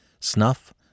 Snuff